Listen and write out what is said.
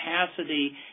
capacity